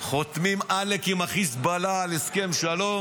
חותמים עלק עם החיזבאללה על הסכם שלום